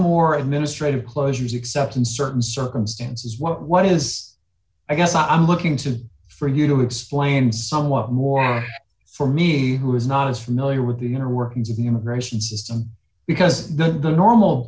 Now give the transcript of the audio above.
more administrative closures except in certain circumstances what what is i guess i'm looking to for you to explain somewhat more for me who is not as familiar with the inner workings of the immigration system because the normal